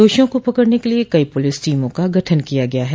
दोषियों को पकड़ने के लिए कई प्रलिस टीमों का गठन किया गया है